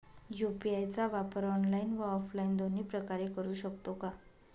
UPI चा वापर online व ऑफलाईन दोन्ही प्रकारे करु शकतो का?